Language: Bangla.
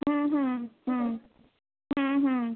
হুম হুম হুম হুম